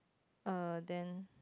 err then